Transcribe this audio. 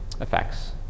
effects